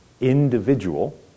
individual